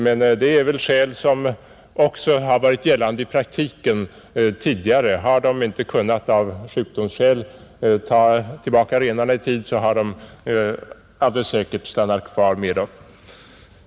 Men det är något som i så fall redan tidigare gällt i praktiken. Har vederbörande på grund av sjukdom inte kunnat föra tillbaka renarna, har han alldeles säkert fått stanna kvar med dem.